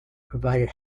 provided